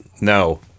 No